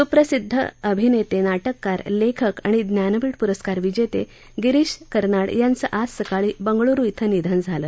सुप्रसिद्ध अभिनप्रा जोटककार लखिक आणि ज्ञानपीठ पुरस्कार विजप्रातिरीश कर्नाड यांचं आज सकाळी बंगळूरु इं निधन झालं